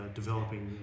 developing